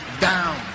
down